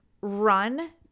run